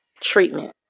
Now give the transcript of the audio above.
treatment